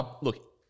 Look